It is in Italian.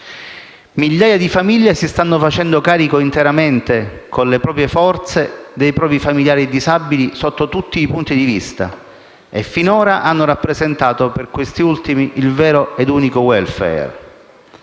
Migliaia di famiglie si stanno facendo carico interamente, con le proprie forze, dei familiari disabili, sotto tutti i punti di vista, e finora hanno rappresentato per questi ultimi il vero ed unico *welfare*.